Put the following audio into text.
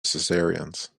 cesareans